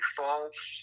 false